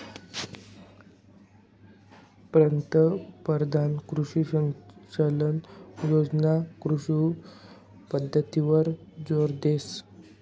पंतपरधान कृषी सिंचन योजना कृषी पद्धतवर जोर देस